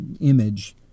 image